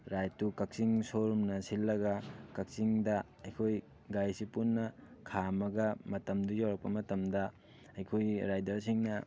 ꯔꯥꯏꯗꯇꯨ ꯀꯛꯆꯤꯡ ꯁꯣꯔꯨꯝꯅ ꯁꯤꯜꯂꯒ ꯀꯛꯆꯤꯡꯗ ꯑꯩꯈꯣꯏ ꯒꯥꯔꯤꯁꯤ ꯄꯨꯟꯅ ꯈꯥꯝꯃꯒ ꯃꯇꯝꯗꯨ ꯌꯧꯔꯛꯄ ꯃꯇꯝꯗ ꯑꯩꯈꯣꯏꯒꯤ ꯔꯥꯏꯗꯔꯁꯤꯡꯅ